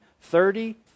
thirty